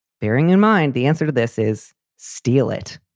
bearing in mind the answer to this is steal it.